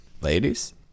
ladies